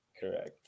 Correct